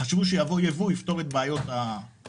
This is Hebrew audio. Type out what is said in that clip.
חשבו שהייבוא שיבוא יפתור את בעיות האקולוגיה.